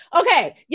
Okay